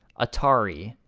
atari.